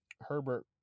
Herbert